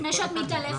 לפני שאת מתעלפת,